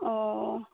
अह